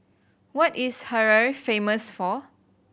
what is Harare famous for